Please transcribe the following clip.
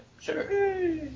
Sure